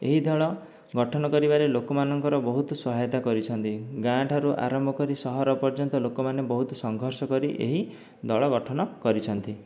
ଏହି ଦଳ ଗଠନ କରିବାରେ ଲୋକମାନଙ୍କର ବହୁତ ସହାୟତା କରିଛନ୍ତି ଗାଁଠାରୁ ଆରମ୍ଭ କରି ସହର ପର୍ଯ୍ୟନ୍ତ ଲୋକମାନେ ସଂଘର୍ଷ କରି ଏହି ଦଳ ଗଠନ କରିଛନ୍ତି